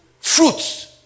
fruits